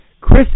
Chris